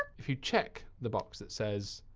if you check the box that says,